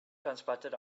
transplanted